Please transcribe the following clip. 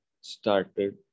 started